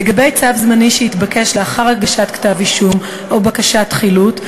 לגבי צו זמני שהתבקש לאחר הגשת כתב-אישום או בקשת חילוט,